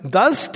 Thus